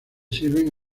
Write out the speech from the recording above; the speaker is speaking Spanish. sirven